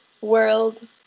world